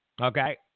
Okay